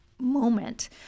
moment